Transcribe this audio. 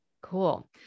Cool